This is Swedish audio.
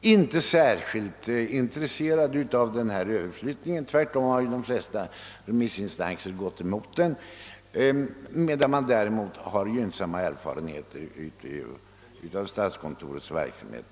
inte särskilt intresserad av denna överflyttning — tvärtom har de flesta remissinstanser gått emot den — medan man däremot har gynnsamma erfarenheter 'av statskontorets verksamhet.